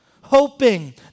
hoping